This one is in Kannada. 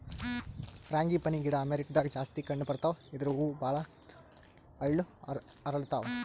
ಫ್ರಾಂಗಿಪನಿ ಗಿಡ ಅಮೇರಿಕಾದಾಗ್ ಜಾಸ್ತಿ ಕಂಡಬರ್ತಾವ್ ಇದ್ರ್ ಹೂವ ಭಾಳ್ ಹಳ್ಳು ಅರಳತಾವ್